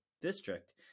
district